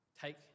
take